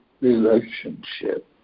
relationship